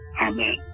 Amen